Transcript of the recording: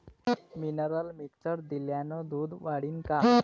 Mineral mixture दिल्यानं दूध वाढीनं का?